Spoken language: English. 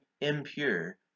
impure